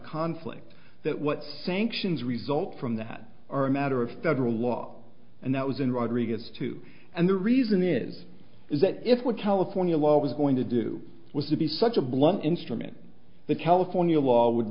conflict that what sanctions result from that are a matter of federal law and that was in rodriguez too and the reason is is that if what california law was going to do was to be such a blunt instrument the california law would